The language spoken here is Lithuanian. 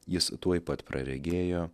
jis tuoj pat praregėjo